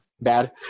bad